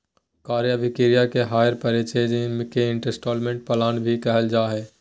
क्रय अभिक्रय या हायर परचेज के इन्स्टालमेन्ट प्लान भी कहल जा हय